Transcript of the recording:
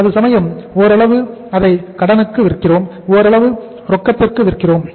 அதுசமயம் ஓரளவு அதை கடனுக்கும் விற்கிறோம் ஓரளவு ரொக்கத்திற்கும் விற்கிறோம்